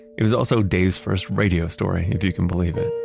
it was also dave's first radio story, if you can believe it.